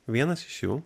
vienas iš jų